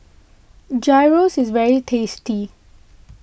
Gyros is very tasty